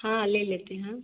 हाँ ले लेते हैं